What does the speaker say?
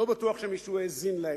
לא בטוח שמישהו האזין להם,